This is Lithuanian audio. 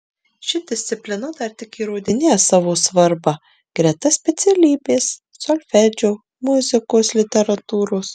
ši disciplina dar tik įrodinėja savo svarbą greta specialybės solfedžio muzikos literatūros